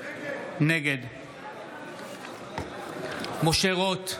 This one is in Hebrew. נגד משה רוט,